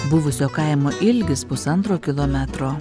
buvusio kaimo ilgis pusantro kilometro